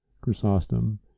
Chrysostom